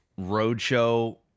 Roadshow